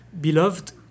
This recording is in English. beloved